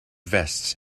vests